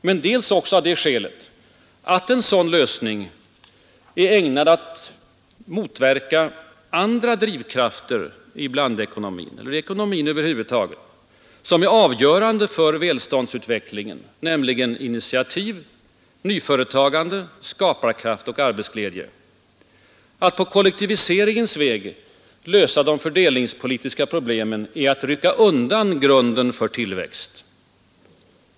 Men dels också av det skälet, att en sådan lösning är ägnad att motverka andra drivkrafter inom blandekonomin eller ekonomin över huvud taget som är avgörande för välståndsut vecklingen, nämligen initiativ, nyföretagande, skaparkraft och arbetsglädje. Att på kollektiviseringens väg lösa de fördelningspolitiska problemen är att rycka undan grunden för tillväxt.